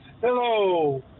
Hello